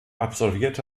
absolvierte